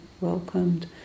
welcomed